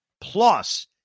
plus